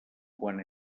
quan